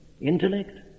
intellect